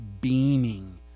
beaming